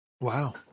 Wow